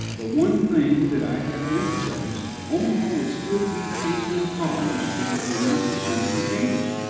the one thing that i have to emphasize, omaha would still be chasing cars if it were not for senator chambers.